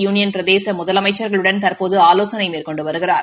union பிரதேச முதலமைசள்களுடன் தறபோது ஆலோசனை மேற்கொண்டு வருகிறார்